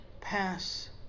pass